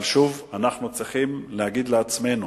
אבל שוב, אנחנו צריכים להגיד לעצמנו: